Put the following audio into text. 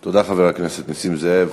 תודה, חבר הכנסת נסים זאב.